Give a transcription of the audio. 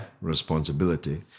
responsibility